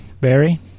Barry